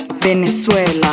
Venezuela